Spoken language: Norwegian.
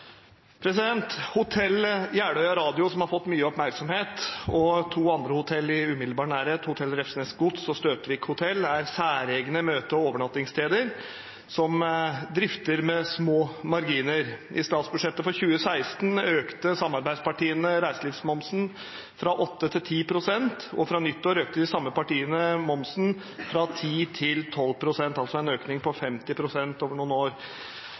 Jeløy Radio» – som har fått mye oppmerksomhet, og to andre hoteller i umiddelbar nærhet –«Hotell Refsnes Gods og Støtvig Hotel er særegne møte- og overnattingssteder som drifter med små marginer. I statsbudsjettet for 2016 økte samarbeidspartiene reiselivsmomsen fra 8 til 10 prosent, og fra nyttår økte de samme partiene momsen fra 10 til 12 prosent» – altså en økning på 50 pst. over noen år